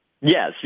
Yes